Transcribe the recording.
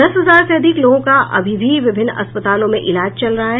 दस हजार से अधिक लोगों का अभी विभिन्न अस्पतालों में इलाज चल रहा है